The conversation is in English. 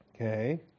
Okay